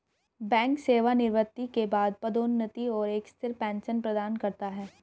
bank सेवानिवृत्ति के बाद पदोन्नति और एक स्थिर पेंशन प्रदान करता है